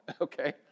Okay